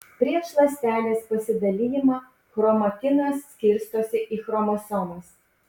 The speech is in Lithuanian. prieš ląstelės pasidalijimą chromatinas skirstosi į chromosomas